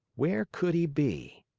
where could he be?